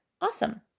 awesome